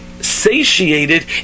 Satiated